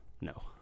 No